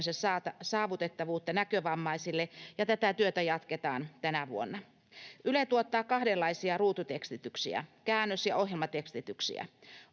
saavutettavuutta näkövammaisille, ja tätä työtä jatketaan tänä vuonna. Yle tuottaa kahdenlaisia ruututekstityksiä: käännös- ja ohjelmatekstityksiä.